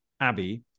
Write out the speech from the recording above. Abby